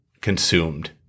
consumed